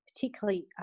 particularly